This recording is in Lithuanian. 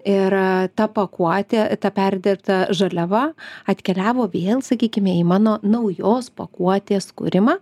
ir ta pakuotė ta perdirbta žaliava atkeliavo vėl sakykime į mano naujos pakuotės kūrimą